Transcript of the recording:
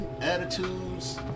Attitudes